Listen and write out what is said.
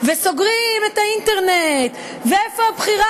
ו"סוגרים את האינטרנט" ו"איפה הבחירה